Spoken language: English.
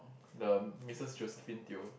the Mrs Josephine-Teo